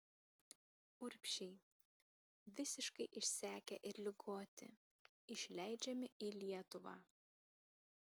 urbšiai visiškai išsekę ir ligoti išleidžiami į lietuvą